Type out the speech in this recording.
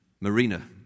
marina